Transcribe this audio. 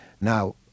Now